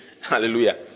Hallelujah